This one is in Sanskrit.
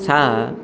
सा